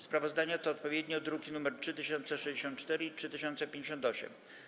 Sprawozdania to odpowiednio druki nr 3064 i 3058.